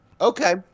Okay